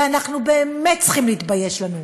ואנחנו באמת צריכים להתבייש לנו,